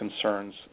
concerns